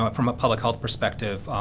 but from a public health perspective,